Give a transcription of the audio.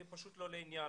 זה פשוט לא לעניין.